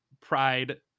pride